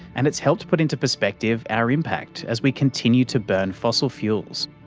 and it's helped put into perspective our impact as we continue to burn fossil fuels.